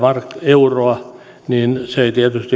euroa niin se ei tietysti